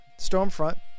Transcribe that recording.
Stormfront